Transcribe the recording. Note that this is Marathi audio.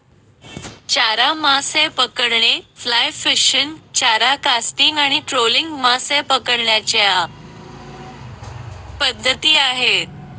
चारा मासे पकडणे, फ्लाय फिशिंग, चारा कास्टिंग आणि ट्रोलिंग मासे पकडण्याच्या पद्धती आहेत